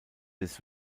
des